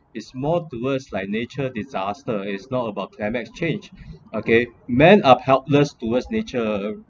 is more towards like nature disaster is not about climate change okay man are helpless towards nature